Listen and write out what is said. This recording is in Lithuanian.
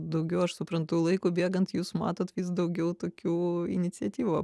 daugiau aš suprantu laikui bėgant jūs matot vis daugiau tokių iniciatyvų